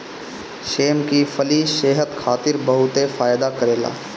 सेम के फली सेहत खातिर बहुते फायदा करेला